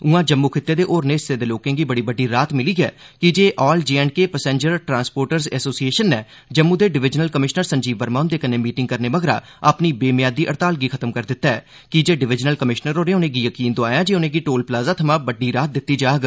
उआं जम्मू खित्ते दे होरने हिस्सें दे लोकें गी बड़ी बड़ी राहत मिली ऐ कीजे all J and K passenger transporters association नै जम्मू दे डिवीजनल कमिशनर संजीव वर्मा हुंदे कन्नै मीटिंग करने मगरा अपनी बेमियादी हड़ताल गी खत्म करी दित्ता ऐ कीजे डिवीजनल कमिशनर होरें उनें'गी यकीन दोआया ऐ जे उनें'गी टोल प्लाजा थमां बड्डी राहत दित्ती जाग